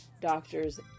doctors